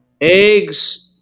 eggs